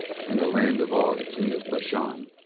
and the land of og king of bashan.